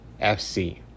FC